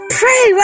pray